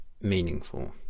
meaningful